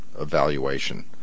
evaluation